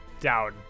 down